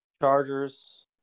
Chargers